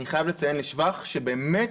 אני חייב לציין לשבח שבאמת